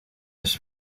his